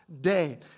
day